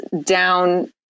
down